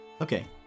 Okay